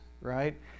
right